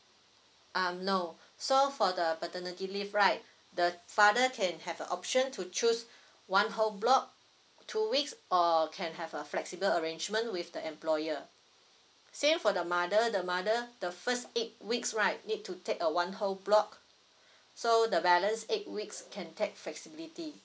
um no so for the paternity leave right the father can have the option to choose one whole block two weeks or can have a flexible arrangement with the employer same for the mother the mother the first eight weeks right need to take a one whole block so the balance eight weeks can take flexibility